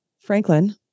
Franklin